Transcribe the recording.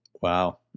Wow